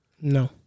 No